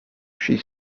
she